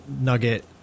nugget